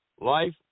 life